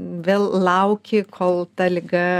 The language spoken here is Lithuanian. vėl lauki kol ta liga